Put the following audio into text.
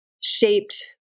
shaped